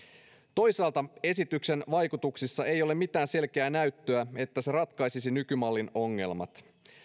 toisaalta esityksen vaikutuksissa ei ole mitään selkeää näyttöä että se ratkaisisi nykymallin ongelmat